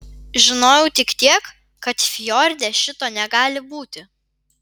žinojau tik tiek kad fjorde šito negali būti